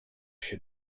się